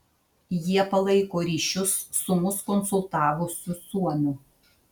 jie palaiko ryšius su mus konsultavusiu suomiu